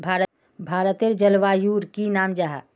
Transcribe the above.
भारतेर जलवायुर की नाम जाहा?